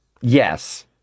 yes